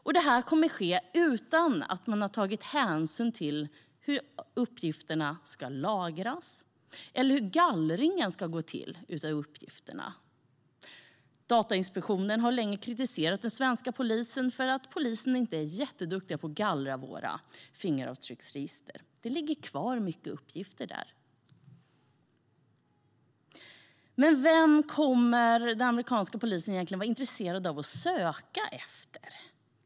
Och det kommer att ske utan att man har tagit hänsyn till hur uppgifterna ska lagras eller hur gallringen av dem ska gå till. Datainspektionen har länge kritiserat den svenska polisen för att man inte är jätteduktig på att gallra i våra fingeravtrycksregister. Det ligger kvar mycket uppgifter där. Men vem kommer den amerikanska polisen egentligen att vara intresserad av att söka efter?